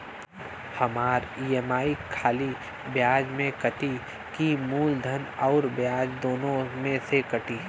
हमार ई.एम.आई खाली ब्याज में कती की मूलधन अउर ब्याज दोनों में से कटी?